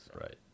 Right